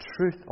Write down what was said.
truth